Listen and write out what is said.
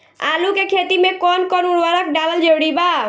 आलू के खेती मे कौन कौन उर्वरक डालल जरूरी बा?